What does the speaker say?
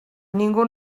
ningú